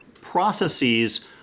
processes